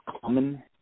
common